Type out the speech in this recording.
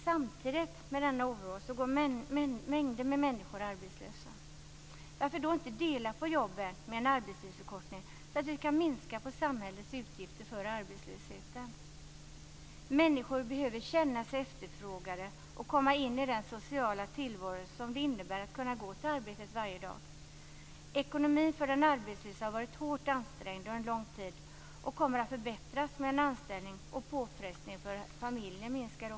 Samtidigt som denna oro finns går mängder av människor arbetslösa. Varför kan man då inte dela på jobben med en arbetstidsförkortning, så att vi kan minska samhällets utgifter för arbetslösheten? Människor behöver känna sig efterfrågade och komma in i den sociala tillvaro som det innebär att kunna gå till arbetet varje dag. Ekonomin för den arbetslöse har varit hårt ansträngd under en lång tid och kommer att förbättras med en anställning. Då minskar också påfrestningen för familjen.